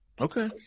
Okay